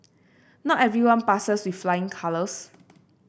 not everyone passes with flying colours